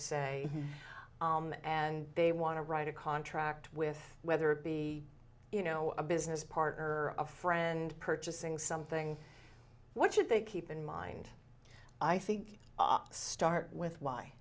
se and they want to write a contract with whether it be you know a business partner a friend purchasing something what should they keep in mind i think start with